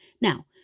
Now